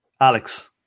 Alex